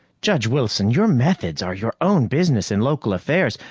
judge wilson, your methods are your own business in local affairs.